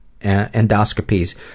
endoscopies